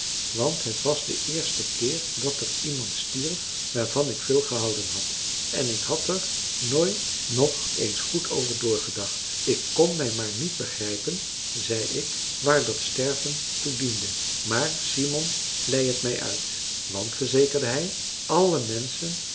want het was de eerste keer dat er iemand stierf waarvan ik veel gehouden had en ik had er nooit nog eens goed over doorgedacht ik kon mij maar niet begrijpen zei ik waar dat sterven toe diende maar simon lei het mij uit want verzekerde hij alle menschen